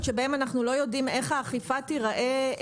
בהן אנחנו לא יודעים איך האכיפה תיראה.